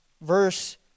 verse